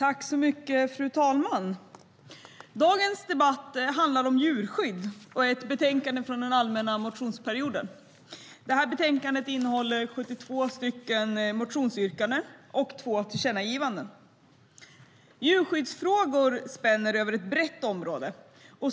Fru talman! Dagens debatt handlar om djurskydd. Betänkandet innehåller 72 motionsyrkanden från allmänna motionstiden och två tillkännagivanden. Djurskyddsfrågor spänner över ett brett område.